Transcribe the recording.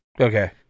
okay